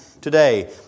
today